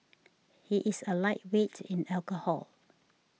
he is a lightweight in alcohol